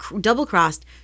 double-crossed